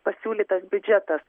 pasiūlytas biudžetas